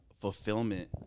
fulfillment